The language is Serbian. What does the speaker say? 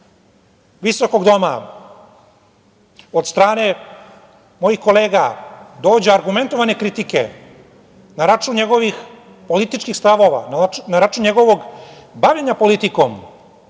visokog doma od strane mojih kolega dođu argumentovane kritike na račun njegovih političkih stavova, na račun njegovog bavljenja politikom,